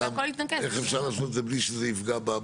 השאלה איך אפשר לעשות את זה בלי שזה יפגע.